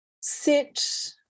sit